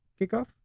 Kickoff